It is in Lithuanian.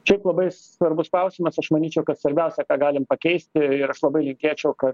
čia labai svarbus klausimas aš manyčiau kad svarbiausia ką galim pakeisti ir aš labai linkėčiau kad